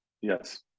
Yes